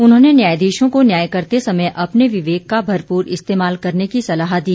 उन्होंने न्यायधीशों को न्याय करते समय अपने विवक का भरपूर इस्तेमाल करने की सलाह दी